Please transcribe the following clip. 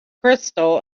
crystal